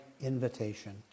invitation